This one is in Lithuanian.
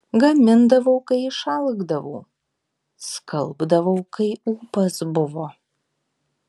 gamindavau kai išalkdavau skalbdavau kai ūpas buvo